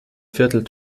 viertel